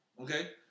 Okay